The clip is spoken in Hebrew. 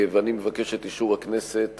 אני מבקש את אישור הכנסת